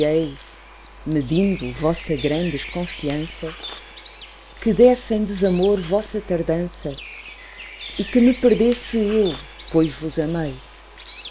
receei medindo vossa grã desconfiança que desse em desamor vossa tardança e que me perdesse eu pois vos amei